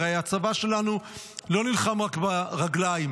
הרי הצבא שלנו לא נלחם רק ברגליים,